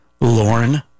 Lauren